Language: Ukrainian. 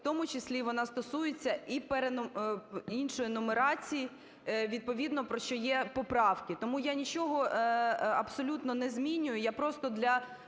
в тому числі вона стосується і іншої нумерації, відповідно, про що є поправки. Тому я нічого абсолютно не змінюю,